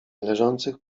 leżących